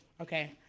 Okay